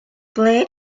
ble